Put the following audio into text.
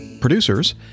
producers